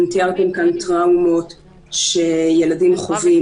אם תיארתם כאן טראומות שילדים חווים,